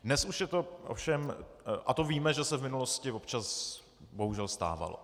Dnes už je to ovšem a to víme, že se v minulosti občas bohužel stávalo.